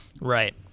Right